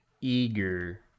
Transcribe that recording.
eager